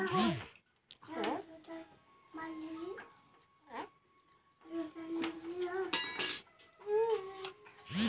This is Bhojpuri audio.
घास निकलेला ओकर बंडल बना देवल जाला